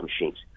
machines